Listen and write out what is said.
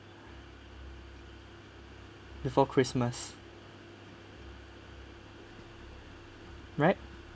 before christmas right